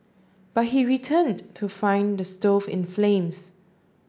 but he returned to find the stove in flames